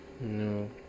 No